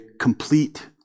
complete